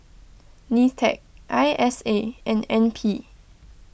Nitec I S A and N P